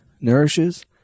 nourishes